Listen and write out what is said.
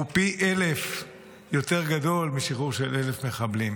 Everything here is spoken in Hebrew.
הוא פי אלף יותר גדול משחרור של 1,000 מחבלים.